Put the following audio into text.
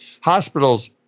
hospitals